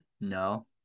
No